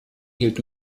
hielt